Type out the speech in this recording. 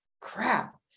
crap